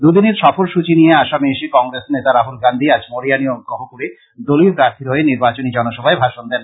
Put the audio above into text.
দুদিনের সফরসুচী নিয়ে আসামে এসে কংগ্রেস নেতা রাহুল গান্ধী আজ মরিয়ানী ও গহপুরে দলীয় প্রার্থীর হয়ে নির্বাচনী জনসভায় ভাষন দেন